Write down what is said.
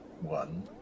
one